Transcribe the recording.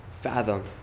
fathom